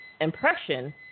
impression